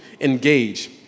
engage